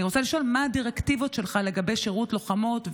אני רוצה לשאול: מה הדירקטיבות שלך לגבי שירות לוחמות,